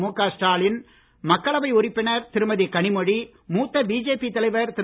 முக ஸ்டாலின் மக்களவை உறுப்பினர் திருமதி கனிமொழி மூத்த பிஜேபி தலைவர் திரு